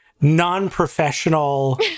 non-professional